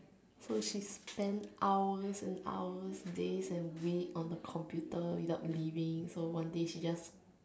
so she spend hours and hours days and week on the computer without leaving so one day she just